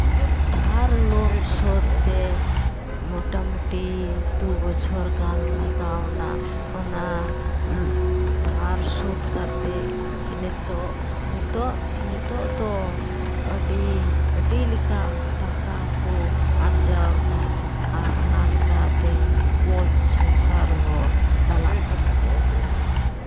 ᱫᱷᱟᱨ ᱞᱳᱱ ᱥᱳᱫ ᱛᱮ ᱢᱚᱴᱟᱢᱩᱤ ᱫᱩ ᱵᱚᱪᱷᱚᱨ ᱜᱟᱱ ᱞᱟᱜᱟᱣ ᱱᱟ ᱚᱱᱟ ᱫᱷᱟᱨ ᱥᱳᱫ ᱠᱟᱛᱮ ᱱᱤᱛᱳᱜ ᱱᱤᱛᱳᱜ ᱱᱤᱛᱳᱜ ᱫᱚ ᱟᱹᱰᱤ ᱟᱹᱰᱤ ᱞᱮᱠᱟᱱ ᱴᱟᱠᱟ ᱠᱚ ᱟᱨᱡᱟᱣᱮᱫᱟ ᱟᱨ ᱚᱱᱟ ᱞᱮᱠᱟᱛᱮ ᱢᱚᱡᱽ ᱥᱚᱝᱥᱟᱨ ᱦᱚᱸ ᱪᱟᱞᱟᱜ ᱠᱟᱱ ᱛᱟᱠᱚᱣᱟ